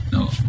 No